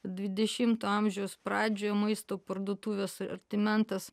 dvidešimto amžiaus pradžioj maisto parduotuvių asortimentas